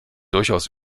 durchaus